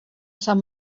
sant